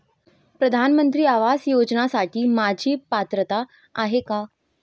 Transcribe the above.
प्रधानमंत्री आवास योजनेसाठी माझी पात्रता आहे का?